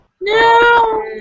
No